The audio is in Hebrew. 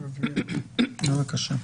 בבקשה.